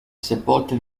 sepolta